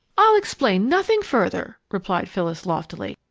i'll explain nothing further, replied phyllis, loftily,